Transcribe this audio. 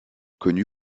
connu